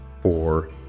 four